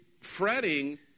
fretting